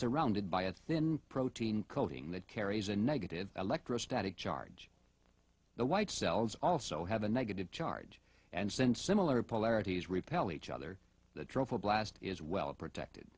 surrounded by a thin protein coding that carries a negative electrostatic charge the white cells also have a negative charge and since similar polarities repel each other the dreadful blast is well protected